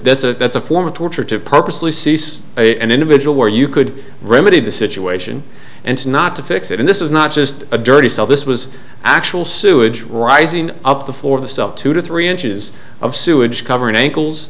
that's a that's a form of torture to purposely seize it and individual where you could remedy the situation and not to fix it in this is not just a dirty cell this was actual sewage rising up before the sub two to three inches of sewage covering ankles